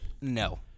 no